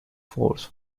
force